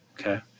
Okay